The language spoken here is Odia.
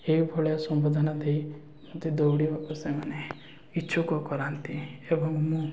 ଏଇଭଳିଆ ସମ୍ୱୋଧନା ଦେଇ ମୋତେ ଦୌଡ଼ିବାକୁ ସେମାନେ ଇଚ୍ଛୁକ କରାନ୍ତି ଏବଂ ମୁଁ